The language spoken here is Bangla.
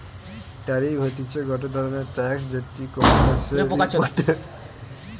ট্যারিফ হতিছে গটে ধরণের ট্যাক্স যেটি কোনো দ্যাশে ইমপোর্টেড পণ্য সামগ্রীর ওপরে লিতে পারে